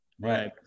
right